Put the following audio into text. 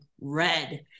red